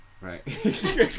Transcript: right